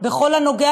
למנוע הרג